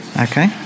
Okay